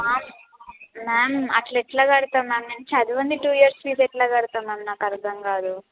ma'am ma'am అట్ల ఎట్ల కడతాం మ్యామ్ నేను చదవంది టూ ఇయర్స్ ఫీజ్ ఎట్ల కడతాం మ్యామ్ నాకు అర్ధం కాదు